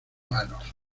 manos